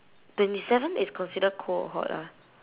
twenty seven is considered cold or hot ah